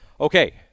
Okay